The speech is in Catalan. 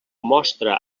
mostra